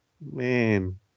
man